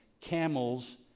camels